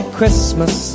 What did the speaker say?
Christmas